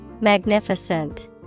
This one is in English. Magnificent